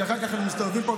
כי אחר כך הם מסתובבים פה,